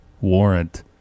warrant